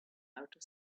outer